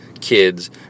kids